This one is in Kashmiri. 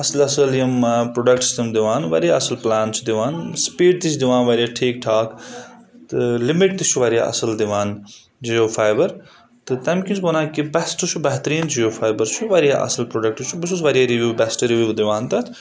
اَصٕل اَصٕل یِم پروڈَکٹٕس تِم دِوان واریاہ اَصٕل پٕلان چھِ دِوان سپیٖڈ تہِ چھِ دِوان واریاہ ٹھیٖک ٹھاکھ تہٕ لِمِٹ تہِ چھُ واریاہ اَصٕل دِوان جِیو فایِبَر تہٕ تَمہِ کِن چھُس بہٕ وَنان کہِ بؠسٹہٕ چھُ بہتریٖن جِیو فایِبَر چھُ واریاہ اَصٕل پرٛوڈَکٹ چھُ بہٕ چھُس واریاہ رِوِو بؠسٹ رِوِو دِوان تَتھ